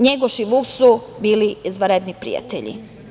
Njegoš i Vuk su bili izvanredni prijatelji.